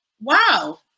wow